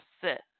sit